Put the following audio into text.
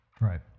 Right